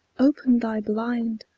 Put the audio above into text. open thy blind,